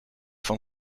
van